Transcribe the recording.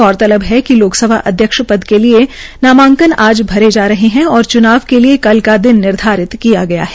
गौरतलब है कि लोकसभा अध्यक्ष पद के लिये नामांकन भरे जा रहे है और चुनाव के लिये कल का दिन निर्धारित किया गया है